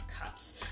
cups